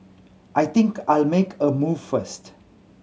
I think I'll make a move first